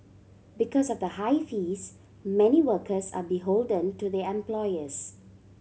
because of the high fees many workers are beholden to their employers